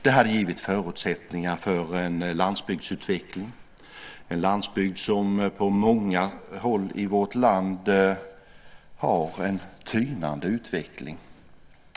Det hade gett förutsättningar för en utveckling av landsbygden, en landsbygd som på många håll i vårt land har en tynande utveckling.